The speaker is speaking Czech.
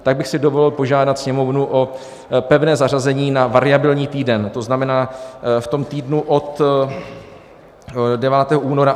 Tak bych si dovolil požádat Sněmovnu o pevné zařazení na variabilní týden, to znamená v týdnu od 9. února.